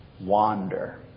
wander